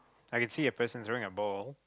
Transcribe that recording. I can see a person's wearing a ball